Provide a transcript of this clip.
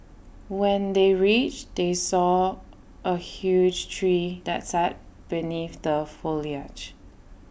when they reached they saw A huge tree that sat beneath the foliage